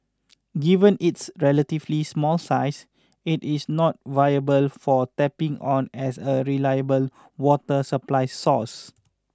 given its relatively small size it is not viable for tapping on as a reliable water supply source